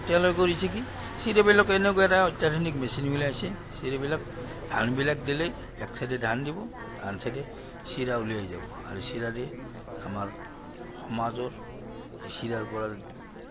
চিৰাবিলাক এনেকুৱা এটা অত্যাধুনিক মেচিন ওলাইছে চিৰাবিলাক ধানবিলাক দিলেই এক চাইডে ধান দিব আন চাইডে চিৰা উলিয়াই যাব আৰু চিৰা দিয়ে আমাৰ সমাজৰ চিৰাৰ পৰা